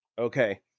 Okay